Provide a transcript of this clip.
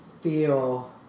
feel